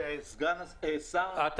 אני